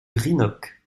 greenock